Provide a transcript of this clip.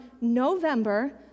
November